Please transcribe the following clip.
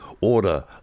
order